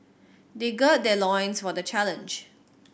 they gird their loins for the challenge